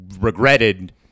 regretted